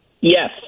Yes